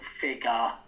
figure